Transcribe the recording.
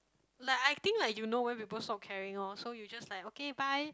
like I think I you know when people stop caring loh so you just like okay bye